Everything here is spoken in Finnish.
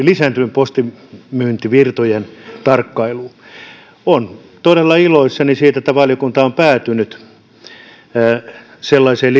lisääntyvien postimyyntivirtojen tarkkailuun olen todella iloissani siitä että valiokunta on päätynyt sellaiseen